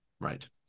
right